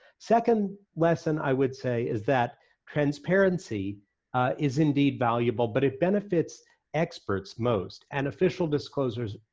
second lesson, i would say, is that transparency is indeed valuable, but it benefits experts most, and official disclosures,